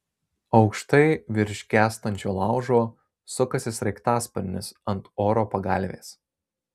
aukštai virš gęstančio laužo sukasi sraigtasparnis ant oro pagalvės